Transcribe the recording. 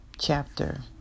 chapter